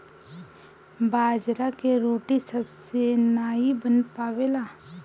बाजरा के रोटी सबसे नाई बन पावेला